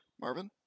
Marvin